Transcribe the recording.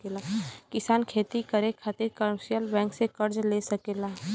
किसान खेती करे खातिर कमर्शियल बैंक से कर्ज ले सकला